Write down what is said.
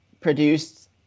produced